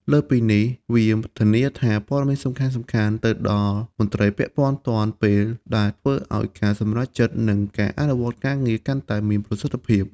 លើសពីនេះ វា ធានាថាព័ត៌មានសំខាន់ៗទៅដល់មន្ត្រីពាក់ព័ន្ធទាន់ពេល ដែលធ្វើឱ្យការសម្រេចចិត្ត និងការអនុវត្តការងារកាន់តែមានប្រសិទ្ធភាព។